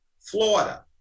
Florida